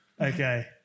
Okay